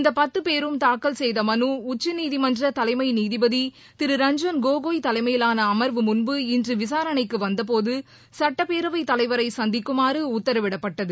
இந்த பத்து பேரும் தாக்கல் செய்த மனு உச்சநீதிமன்ற தலைமை நீதிபதி திரு ரஞ்சன் கோகோய் தலைமையிலான அமர்வு முன் இன்று விசாரணைக்கு வந்தபோது சட்டப் பேரவைத் தலைவரை சந்திக்குமாறு உத்தரவிடப்பட்டது